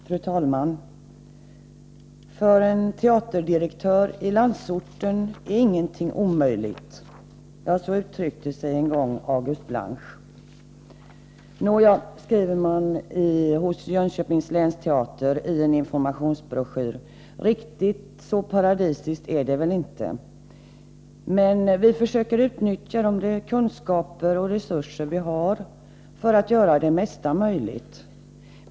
Fru talman! För en teaterdirektör i landsorten är ingenting omöjligt. Ja, så uttryckte sig en gång August Blanche. Nåja, skriver man hos Jönköpings länsteater i en informationsbroschyr, riktigt så paradisiskt är det väl inte. Men vi försöker utnyttja de kunskaper och resurser vi har för att göra det mesta möjligt.